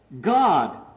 God